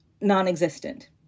non-existent